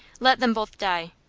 let them both die.